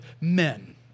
men